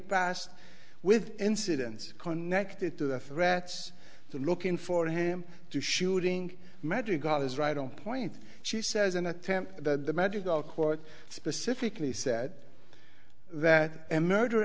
past with incidents connected to the threats to looking for him to shooting magic god is right on point she says an attempt the magical court specifically said that murder